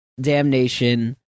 Damnation